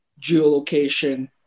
geolocation